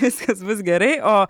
viskas bus gerai o